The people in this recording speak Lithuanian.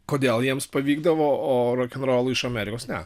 kodėl jiems pavykdavo o rokenrolui iš amerikos ne